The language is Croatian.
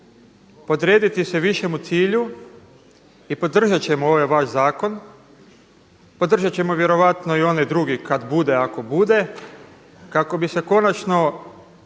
podrediti se višemu cilju i podržat ćemo ovaj vaš zakon, podržat ćemo vjerojatno i onaj drugi kada bude ako bude, kako bi se konačno